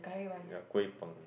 ya kueh-peng